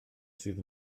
sydd